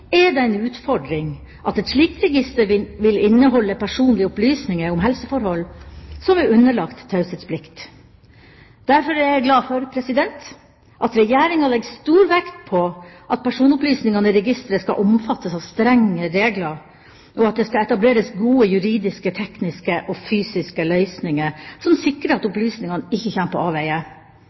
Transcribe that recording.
er det en utfordring at et slikt register vil inneholde personlige opplysninger om helseforhold som er underlagt taushetsplikt. Derfor er jeg glad for at Regjeringa legger stor vekt på at personopplysningene i registeret skal omfattes av strenge regler, og at det skal etableres gode juridiske, tekniske og fysiske løsninger som sikrer at opplysningene ikke kommer på avveier.